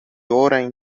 orajn